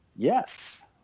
Yes